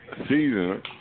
Season